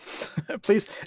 please